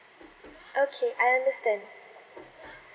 okay I understand